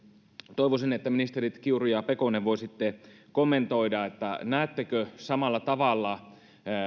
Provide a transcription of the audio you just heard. toivoisin että ministerit kiuru ja pekonen voisitte kommentoida näettekö samalla tavalla